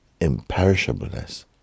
imperishableness